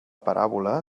paràbola